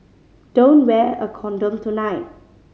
don't wear a condom tonight